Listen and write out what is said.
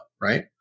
Right